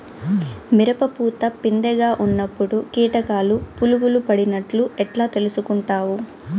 మిరప పూత పిందె గా ఉన్నప్పుడు కీటకాలు పులుగులు పడినట్లు ఎట్లా తెలుసుకుంటావు?